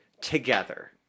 together